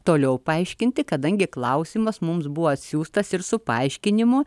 toliau paaiškinti kadangi klausimas mums buvo siųstas ir su paaiškinimu